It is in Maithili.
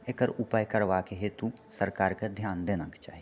एकर उपाय करबाक हेतु सरकारके ध्यान देना भी चाही